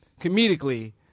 comedically